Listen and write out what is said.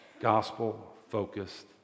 gospel-focused